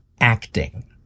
acting